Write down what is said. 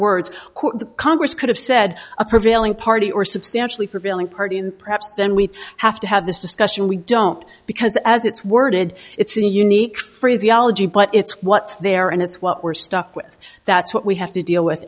words congress could have said a prevailing party or substantially prevailing party and perhaps then we have to have this discussion we don't because as it's worded it's a unique phraseology but it's what's there and it's what we're stuck with that's what we have to deal with